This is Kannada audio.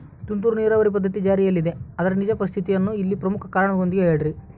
ತುಂತುರು ನೇರಾವರಿ ಪದ್ಧತಿ ಜಾರಿಯಲ್ಲಿದೆ ಆದರೆ ನಿಜ ಸ್ಥಿತಿಯಾಗ ಇಲ್ಲ ಪ್ರಮುಖ ಕಾರಣದೊಂದಿಗೆ ಹೇಳ್ರಿ?